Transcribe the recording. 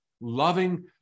loving